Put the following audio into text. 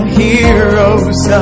heroes